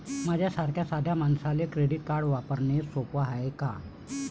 माह्या सारख्या साध्या मानसाले क्रेडिट कार्ड वापरने सोपं हाय का?